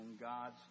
God's